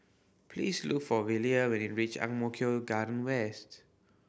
please look for Velia when you reach Ang Mo Kio Garden West